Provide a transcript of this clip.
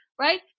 right